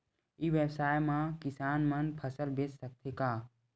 ई व्यवसाय म किसान मन फसल बेच सकथे का?